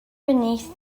beneath